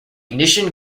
ignition